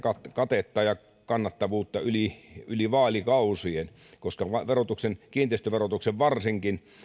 katetta ja kannattavuutta yli yli vaalikausien koska verotuksen kiinteistöverotuksen varsinkin